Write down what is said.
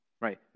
right